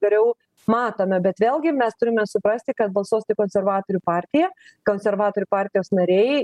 geriau matome bet vėlgi mes turime suprasti kad balsuos tai konservatorių partija konservatorių partijos nariai